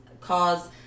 cause